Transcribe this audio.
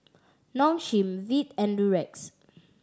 Nong Shim Veet and Durex